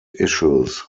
issues